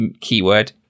keyword